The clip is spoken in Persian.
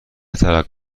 ترقه